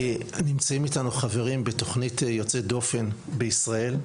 נמצאים איתנו חברים בתכנית יוצאת דופן בישראל,